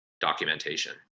documentation